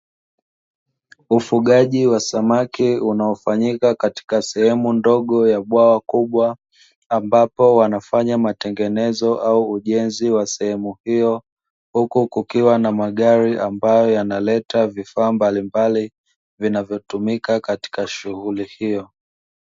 Ufugaji wa samaki unaofanyika katika sehemu ndogo ya bwawa kubwa, ambapo wanafanya matengenezo au ujenzi wa sehemu hiyo, huku kukiwa na magari ambayo yanaleta vifaa mbalimbali vinavyotumika katika shughuli hiyo.